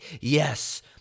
yes